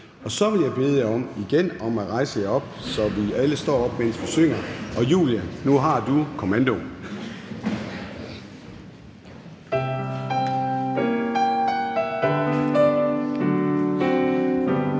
Så vil jeg igen bede jer om at rejse jer op, så vi alle står op, mens vi synger. Julie, nu har du kommandoen.